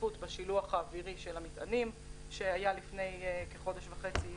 רציפות בשילוח האווירי במטענים שהיה לפי כחודש וחצי,